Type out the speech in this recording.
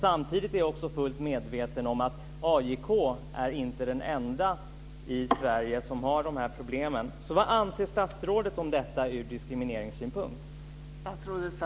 Samtidigt är jag fullt medveten om att AIK inte är de enda i Sverige med dessa problem.